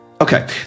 Okay